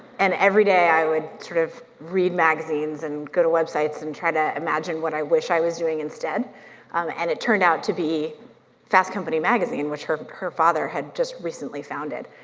and everyday i would sort of read magazines and go to websites and try to imagine what i wish i was doing instead and it turned out to be fast company magazine, which her her father had just recently founded,